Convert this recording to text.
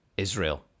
Israel